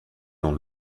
dans